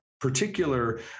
particular